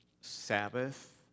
Sabbath